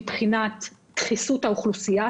דחיסות האוכלוסייה,